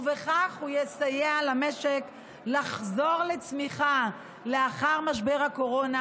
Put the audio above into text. ובכך הוא יסייע למשק לחזור לצמיחה לאחר משבר הקורונה